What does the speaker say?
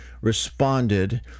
responded